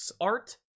art